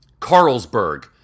Carlsberg